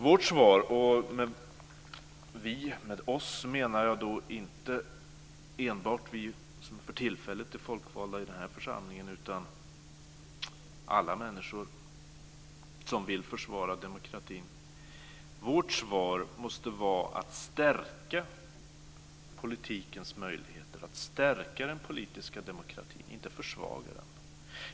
Vårt svar - och då menar jag inte enbart vi som för tillfället är folkvalda i den här församlingen, utan alla människor som vill försvara demokratin - måste vara att stärka politikens möjligheter, att stärka den politiska demokratin, inte försvaga den.